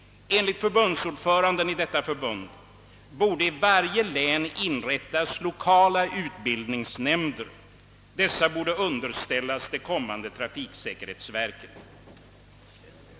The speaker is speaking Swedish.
Enligt förbundsordföranden borde det i varje län inrättas 10 kala utbildningsnämnder, som borde underställas det blivande trafiksäkerhetsverket.